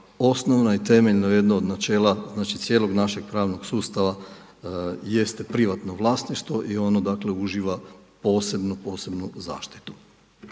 osnovno i temeljno jedno od načela cijelog našeg pravnog sustava jeste privatno vlasništvo i ono uživa posebnu zaštitu.